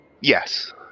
Yes